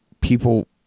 people